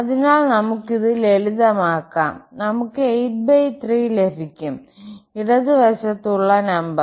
അതിനാൽ നമുക്ക് ഇത് ലളിതമാക്കാം നമുക്ക് 83ലഭിക്കും ഇടത് വശത്തുള്ള നമ്പർ